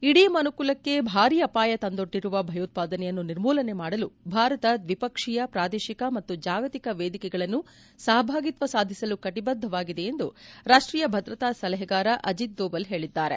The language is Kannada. ಇಡೀ ಮನುಕುಲಕ್ಕೆ ಭಾರಿ ಅಪಾಯವನ್ನು ತಂದೊಡ್ಡಿರುವ ಭಯೋತ್ಪಾದನೆಯನ್ನು ನಿರ್ಮೂಲನೆ ಮಾಡಲು ಭಾರತ ದ್ವಿಪಕ್ಷೀಯ ಪ್ರಾದೇಶಿಕ ಮತ್ತು ಜಾಗತಿಕ ವೇದಿಕೆಗಳನ್ನು ಸಹಭಾಗಿತ್ವ ಸಾಧಿಸಲು ಕಟಿಬದ್ದವಾಗಿದೆ ಎಂದು ರಾಷ್ಟೀಯ ಭದ್ರತಾ ಸಲಹೆಗಾರ ಅಜಿತ್ ದೋವಲ್ ಹೇಳಿದ್ದಾರೆ